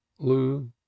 lou